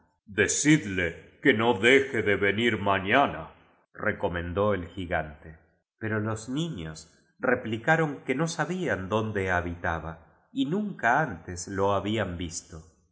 decidle que no deje de venir mañana recomendó el gigante pero los niños replicaron que no sa bían dónde habitaba y nunca antes lo habían visto